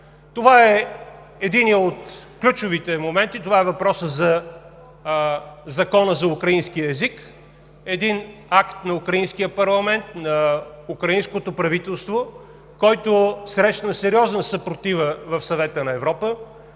Това е единият от ключовите моменти, това е въпросът за Закона за украинския език – един акт на украинския парламент, на украинското правителство, който срещна сериозна съпротива в Съвета на Европа,